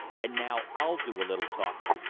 and now i'll do a little talking.